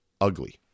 ugly